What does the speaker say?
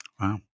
Wow